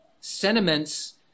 sentiments